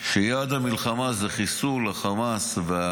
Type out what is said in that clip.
שיעד המלחמה זה חיסול חמאס,